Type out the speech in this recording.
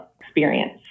experience